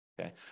Okay